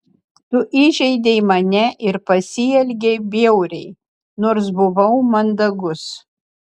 tu įžeidei mane ir pasielgei bjauriai nors buvau mandagus